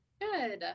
Good